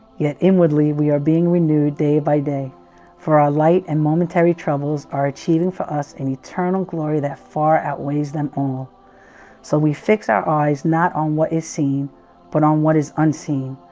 yet inwardly, we are being renewed day by, day for our light and momentary troubles are achieving for us an eternal glory, that far outweighs them all so, we fix our eyes not on what is seen but on what is unseen?